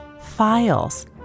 files